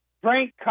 Frank